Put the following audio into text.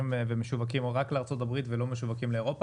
ומשווקים רק לארצות-הברית ולא משווקים לאירופה?